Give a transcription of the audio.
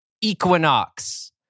Equinox